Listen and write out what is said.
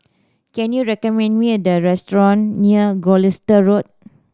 can you recommend me a restaurant near Gloucester Road